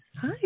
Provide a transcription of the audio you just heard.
Hi